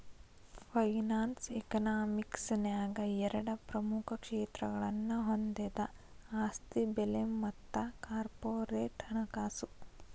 finance economics ನ್ಯಾಗ ಎರಡ ಪ್ರಮುಖ ಕ್ಷೇತ್ರಗಳನ್ನ ಹೊಂದೆದ ಆಸ್ತಿ ಬೆಲೆ ಮತ್ತ ಕಾರ್ಪೊರೇಟ್ ಹಣಕಾಸು